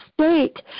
state